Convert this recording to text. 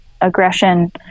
aggression